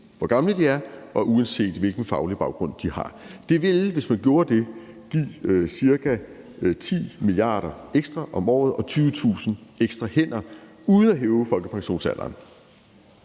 hvor gamle de er, og uanset hvilken faglig baggrund de har. Det ville, hvis man gjorde det, give ca. 10 mia. kr. ekstra om året og 20.000 ekstra hænder uden at hæve folkepensionsalderen.